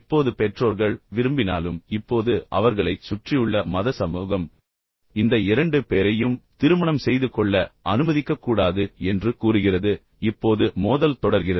இப்போது பெற்றோர்கள் விரும்பினாலும் இப்போது அவர்களைச் சுற்றியுள்ள மத சமூகம் இந்த இரண்டு பேரையும் திருமணம் செய்து கொள்ள அனுமதிக்கக்கூடாது என்று கூறுகிறது இப்போது மோதல் தொடர்கிறது